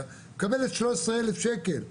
13,000 שקל תקציב.